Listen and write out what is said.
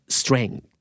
strength